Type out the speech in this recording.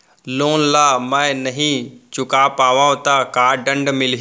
Loan ला मैं नही चुका पाहव त का दण्ड मिलही?